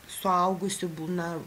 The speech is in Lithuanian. suaugusių būna